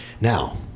Now